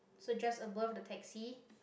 so just above the taxi